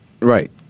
Right